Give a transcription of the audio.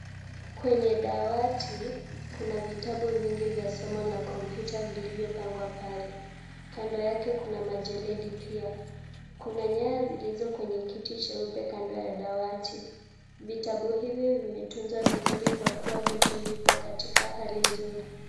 Kwenye dawati kuna vitabu vingi vya somo la kompyuta vilivyopangwa pale. Kando yake kuna majeledi pia. Kuna nyaya zilizo kwenye kiti cheupe kando ya dawati. Vitabu hivi vimetunzwa vizuri kwa kuwa vyote vipo katika hali nzuri.